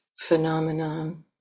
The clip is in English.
phenomenon